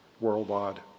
worldwide